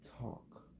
talk